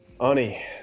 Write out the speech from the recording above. Ani